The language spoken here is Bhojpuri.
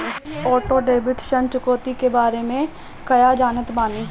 ऑटो डेबिट ऋण चुकौती के बारे में कया जानत बानी?